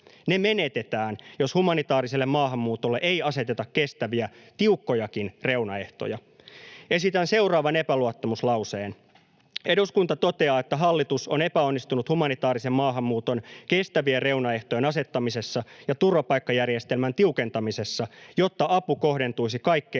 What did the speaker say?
Ne menetetään, jos humanitaariselle maahanmuutolle ei aseteta kestäviä, tiukkojakin reunaehtoja. Esitän seuraavan epäluottamuslauseen: ”Eduskunta toteaa, että hallitus on epäonnistunut humanitaarisen maahanmuuton kestävien reunaehtojen asettamisessa ja turvapaikkajärjestelmän tiukentamisessa, jotta apu kohdentuisi kaikkein